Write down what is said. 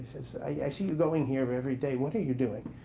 says, i see you going here every day. what are you doing?